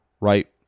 Right